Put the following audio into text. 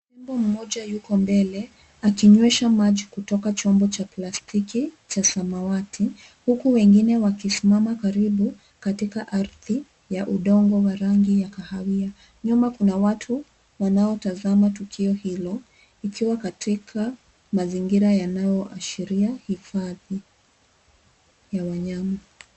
Tembo mmoja yuko mbele akinywesha maji kutoka chombo cha plastiki cha samawati, huku wengine wakisimama karibu katika ardhi ya udongo wa rangi ya kahawia. Nyuma kuna watu wanaotazama tukio hilo, ikiwa katika mazingira yanaoashira hifadhi ya wanyama.